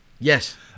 Yes